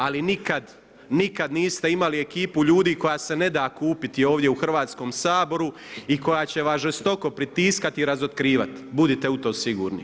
Ali nikad, nikad niste imali ekipu ljudi koja se ne da kupiti ovdje u Hrvatskom saboru i koja će vas žestoko pritiskati i razotkrivati, budite u to sigurni.